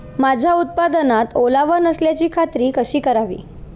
माझ्या उत्पादनात ओलावा नसल्याची खात्री कशी करावी?